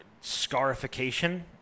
scarification